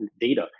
data